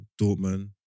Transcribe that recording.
Dortmund